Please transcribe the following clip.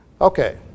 Okay